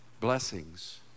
blessings